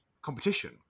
competition